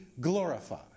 glorified